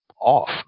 off